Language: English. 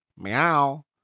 meow